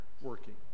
working